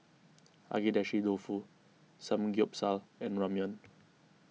Agedashi Dofu Samgyeopsal and Ramyeon